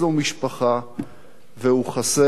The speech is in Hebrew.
והוא חסר, חסר באמת,